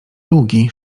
długi